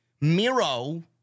Miro